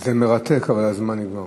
זה מרתק, אבל הזמן נגמר.